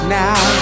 now